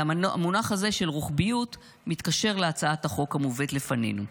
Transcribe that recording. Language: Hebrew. והמונח הזה של רוחביות מתקשר להצעת החוק המובאת בפנינו.